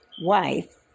wife